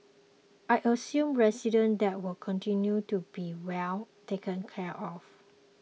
I assured residents that they will continue to be well taken care of